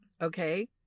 okay